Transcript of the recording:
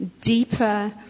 deeper